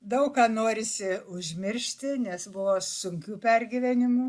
daug ką norisi užmiršti nes buvo sunkių pergyvenimų